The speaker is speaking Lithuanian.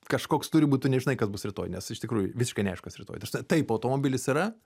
kažkoks turi būt tu nežinai kas bus rytoj nes iš tikrųjų visiškai neaišku kas rytoj taip automobilis yra